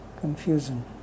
confusion